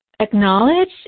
acknowledge